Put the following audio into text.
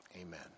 amen